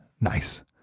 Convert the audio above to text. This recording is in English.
nice